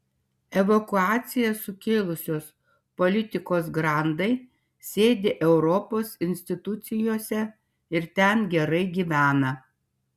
evakuaciją sukėlusios politikos grandai sėdi europos institucijose ir ten gerai gyvena